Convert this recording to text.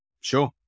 Sure